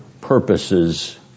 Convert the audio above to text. purposes